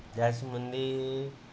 ज्याच्यामध्ये